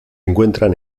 encuentran